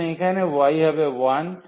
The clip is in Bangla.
সুতরাং এখানে y হবে 1